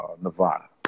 Nevada